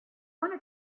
wanna